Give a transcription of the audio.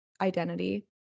identity